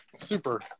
super